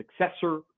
successor